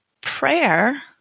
prayer